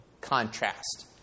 contrast